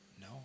No